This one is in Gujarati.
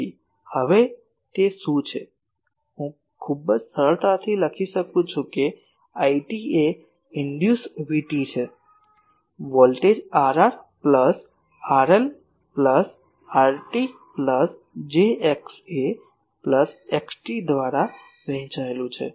તેથી હવે તે શું છે હું ખૂબ જ સરળતાથી લખી શકું છું કે IT એ ઇન્ડ્યુસડ VT છે વોલ્ટેજ Rr પ્લસRL plus RT plus j XA plus XT દ્વારા વહેંચાયેલું છે